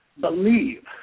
believe